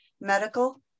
medical